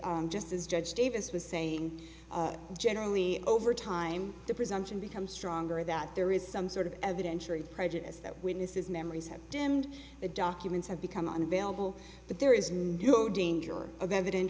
just as judge davis was saying generally over time the presumption becomes stronger that there is some sort of evidentiary prejudice that witnesses memories have dimmed the documents have become unavailable but there is no danger of eviden